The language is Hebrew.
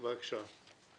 בבקשה.